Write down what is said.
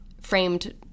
framed